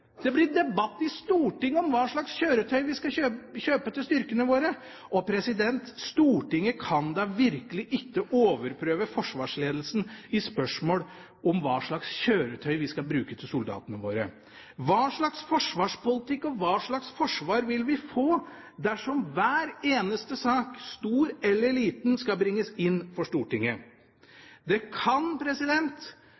Det blir debatt i Stortinget om hva slags kjøretøy vi skal kjøpe til styrkene våre. Stortinget kan da virkelig ikke overprøve forsvarsledelsen i spørsmål om hva slags kjøretøy vi skal kjøpe til soldatene våre. Hva slags forsvarspolitikk og hva slags forsvar vil vi få dersom hver eneste sak – stor eller liten – skal bringes inn for Stortinget?